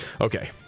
Okay